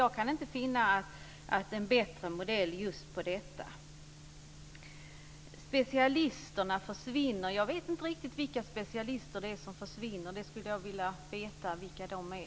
Jag kan inte finna en bättre modell i detta avseende. Jag vet inte riktigt vilka specialister som skulle försvinna. Jag skulle vilja veta vilka de är.